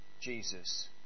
Jesus